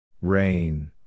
Rain